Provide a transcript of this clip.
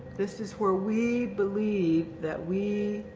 this is where we believe that we,